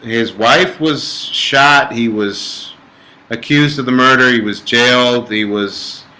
his wife was shot. he was accused of the murder. he was jailed he was